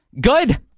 Good